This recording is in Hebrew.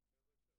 רישיון.